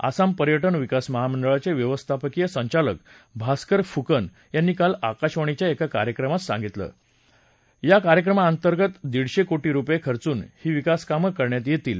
आसाम पर्यटन विकास महामंडळाचे व्यवस्थापकीय संचालक भास्कर फुकन यांनी काल आकाशवाणीच्या एका कार्यक्रमात सांगितलं की आसामदर्शन या कार्यक्रमाअंतर्गत दीडशे कोटी रुपये खर्चून ही विकासकामं करण्यात येतील